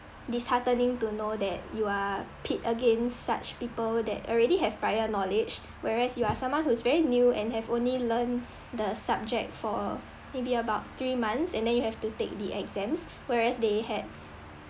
disheartening to know that you are pit against such people that already have prior knowledge whereas you are someone who's very new and have only learn the subject for maybe about three months and then you have to take the exams whereas they had